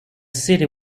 city